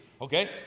okay